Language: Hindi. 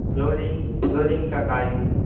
फ्लोरिंग फ्लोरिंग का कार्य